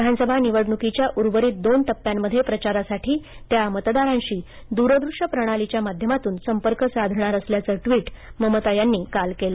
विधानसभा निवडणुकीच्या उर्वरित दोन टप्प्यांमध्ये प्रचारासाठी त्या मतदारांशी दूर दृश्य प्रणालीच्या माध्यमातून संपर्क साधणार असल्याचं ट्विट ममता यांनी काल केलं